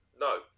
No